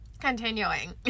continuing